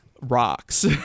rocks